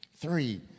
Three